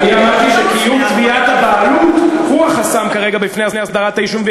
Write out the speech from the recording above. אני אמרתי: קיום תביעת הבעלות הוא החסם כרגע בפני הסדרת היישובים,